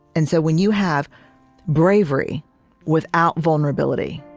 and so when you have bravery without vulnerability,